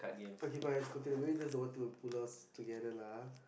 okay but let's continue maybe it's the one to pull us together lah